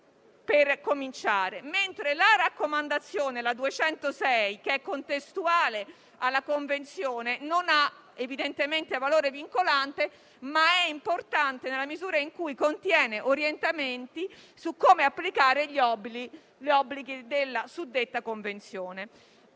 per cominciare. La raccomandazione n. 206, contestuale alla Convenzione, non ha evidentemente valore vincolante, ma è importante nella misura in cui contiene orientamenti su come applicare gli obblighi della suddetta Convenzione.